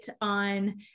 on